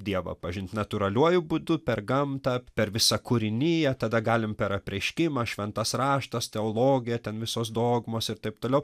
dievą pažint natūraliuoju būdu per gamtą per visą kūriniją tada galim per apreiškimą šventas raštas teologija ten visos dogmos ir taip toliau